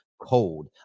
cold